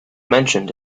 mentioned